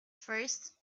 first